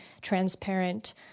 transparent